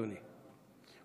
אדוני,